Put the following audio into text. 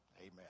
Amen